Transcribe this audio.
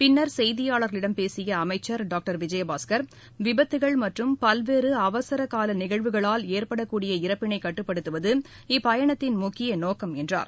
பின்னர் செய்தியாளர்களிடம் பேசிய அமைச்சர் டாக்டர் விஜயபாஸ்கர் விபத்துக்கள் மற்றும் பல்வேறு அவசர கால நிகழ்வுகளினால் ஏற்படக்கூடிய இறப்பினை கட்டுப்படுத்துவது இப்பயணத்தின் முக்கிய நோக்கம் என்றார்